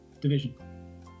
division